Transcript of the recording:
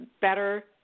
better